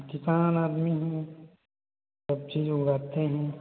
किसान आदमी हूँ सब चीज उगाते हैं